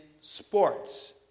sports